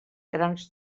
grans